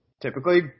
typically